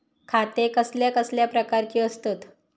खाते कसल्या कसल्या प्रकारची असतत?